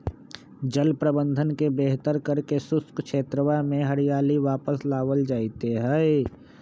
जल प्रबंधन के बेहतर करके शुष्क क्षेत्रवा में हरियाली वापस लावल जयते हई